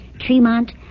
Tremont